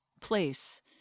place